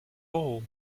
all